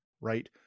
right